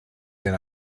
been